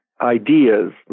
ideas